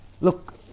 Look